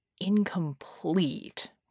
incomplete